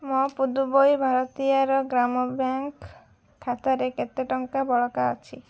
ମୋ ପୁଦୁବୈ ଭାରତୀୟାର ଗ୍ରାମ ବ୍ୟାଙ୍କ୍ ଖାତାରେ କେତେ ଟଙ୍କା ବଳକା ଅଛି